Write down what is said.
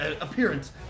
appearance